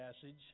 passage